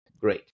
Great